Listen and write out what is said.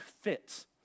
fits